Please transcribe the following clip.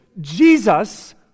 Jesus